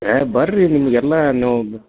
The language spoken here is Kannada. ಏಯ್ ಬರ್ರಿ ನಿಮ್ಗೆ ಎಲ್ಲ ನೀವು